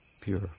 pure